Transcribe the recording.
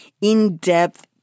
in-depth